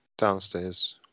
downstairs